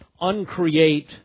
uncreate